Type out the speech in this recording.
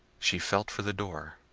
she felt for the door,